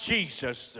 Jesus